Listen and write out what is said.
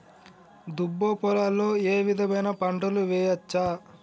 దుబ్బ పొలాల్లో ఏ విధమైన పంటలు వేయచ్చా?